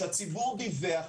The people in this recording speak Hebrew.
שהציבור דיווח.